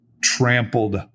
trampled